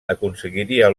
aconseguiria